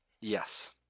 Yes